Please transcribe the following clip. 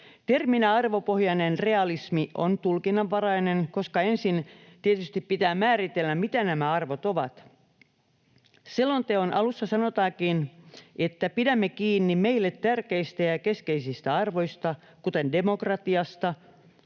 Terminä ”arvopohjainen realismi” on tulkinnanvarainen, koska ensin tietysti pitää määritellä, mitä nämä arvot ovat. Selonteon alussa sanotaankin, että pidämme kiinni meille tärkeistä ja keskeisistä arvoista, kuten demokratiasta,